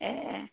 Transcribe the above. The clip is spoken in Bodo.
ए